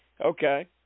Okay